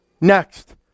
Next